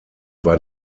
war